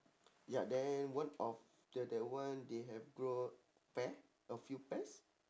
ya then one of the that one they have grow pear a few pears